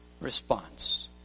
response